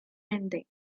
ending